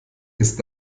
ist